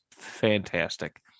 Fantastic